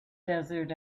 desert